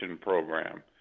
program